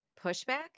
pushback